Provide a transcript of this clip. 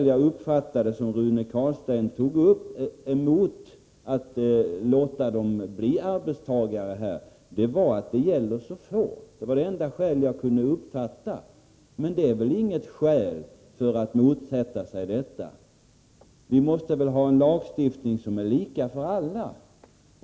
Jag uppfattade att Rune Carlsteins enda skäl emot att låta dem bli arbetstagare var att det gäller så få. Det var det skäl som jag kunde uppfatta. Men det är väl inget skäl för att motsätta sig förändringen. Vi måste väl ha en lagstiftning som är lika för alla.